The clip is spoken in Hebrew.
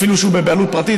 אפילו שהוא בבעלות פרטית,